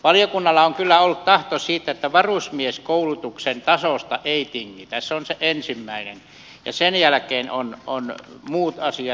valiokunnalla on kyllä ollut tahto siitä että varusmieskoulutuksen tasosta ei tingitä se on se ensimmäinen ja sen jälkeen ovat muut asiat